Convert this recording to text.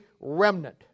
remnant